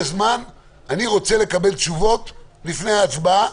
אני רוצה לקבל תשובות לפני ההצבעה,